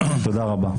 תודה רבה.